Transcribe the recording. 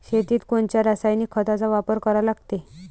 शेतीत कोनच्या रासायनिक खताचा वापर करा लागते?